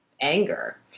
anger